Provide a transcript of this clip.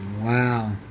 Wow